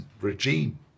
regime